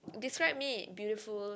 describe me beautiful